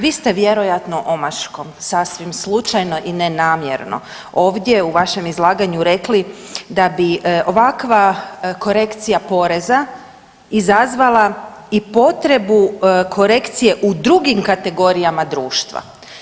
Vi ste vjerojatno omaškom, sasvim slučajno i nenamjerno ovdje u vašem izlaganju rekli da bi ovakva korekcija poreza izazvala i potrebu korekcije u drugim kategorijama društva.